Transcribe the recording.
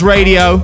Radio